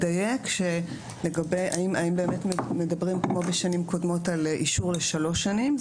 האם מדברים פה כמו בשנים קודמות על אישור לשלוש שנים,